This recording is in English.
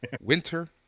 winter